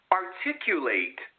articulate